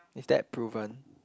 is that proven